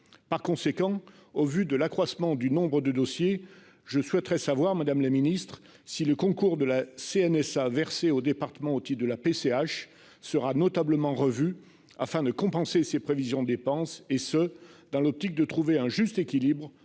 Par conséquent, au vu de l'accroissement du nombre de dossiers, je souhaiterais savoir, madame la ministre, si le concours de la CNSA versé au département au titre de la PCH sera notablement revu afin de compenser ces prévisions de dépenses et ce dans l'optique de trouver un juste équilibre